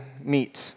meet